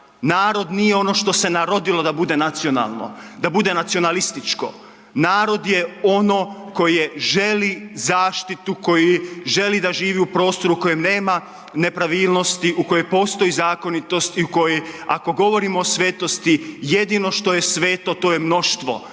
Narod nije ono što se narodilo da bude nacionalno, da bude nacionalističko, narod je ono koje želi zaštitu koji želi da živi u prostoru u kojem nema nepravilnosti, u kojoj postoji zakonitost i u koji ako govorimo o svetosti jedino što je sveto to je mnoštvo,